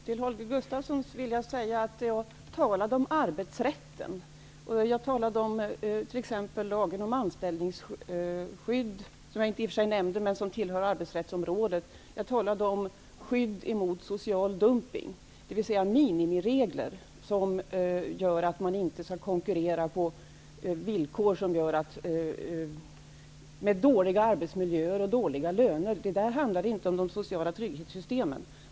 Herr talman! Jag vill till Holger Gustafsson säga att jag talade om arbetsrätten. Jag nämnde inte lagen om anställningsskydd, som tillhör arbetsrättsområdet, men jag talade om skydd mot social dumpning. Det är fråga om minimiregler, som gör att man inte konkurrerar med undermåliga arbetsmiljöer och dåliga löner. Det handlade inte om de sociala trygghetssystemen.